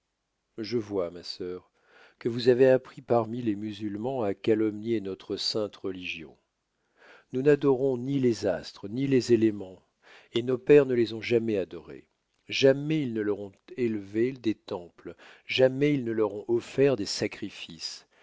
je vois ma sœur que vous avez appris parmi les musulmans à calomnier notre sainte religion nous n'adorons ni les astres ni les éléments et nos pères ne les ont jamais adorés jamais ils ne leur ont élevé des temples jamais ils ne leur ont offert des sacrifices